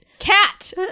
cat